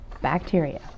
bacteria